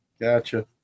Gotcha